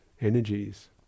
energies